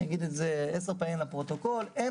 אני אגיד את זה עשר פעמים לפרוטוקול - אין